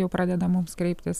jau pradeda mums kreiptis